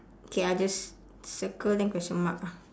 okay I just circle then question mark ah